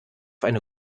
eine